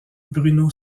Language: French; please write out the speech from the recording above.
bruno